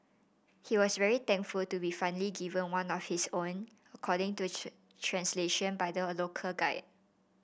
he was very thankful to be finally given one of his own according to translation by the local guide